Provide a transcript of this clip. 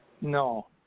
No